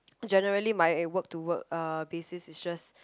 generally my work to work basis is just